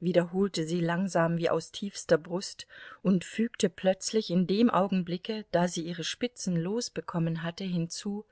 wiederholte sie langsam wie aus tiefster brust und fügte plötzlich in dem augenblicke da sie ihre spitzen los bekommen hatte hinzu